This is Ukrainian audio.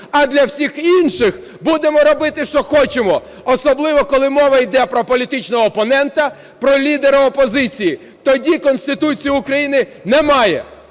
а для всіх інших – будемо робити, що хочемо. Особливо, коли мова йде про політичного опонента, про лідера опозиції, тоді Конституції України немає.